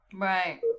Right